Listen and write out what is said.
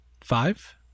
five